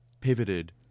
pivoted